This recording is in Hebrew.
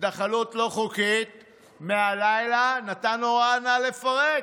התנחלות לא חוקית מהלילה, נתן הוראה: נא לפרק,